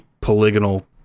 polygonal